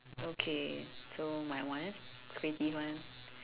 okay so my one creative one